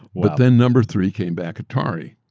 but then number three came back atari.